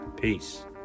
Peace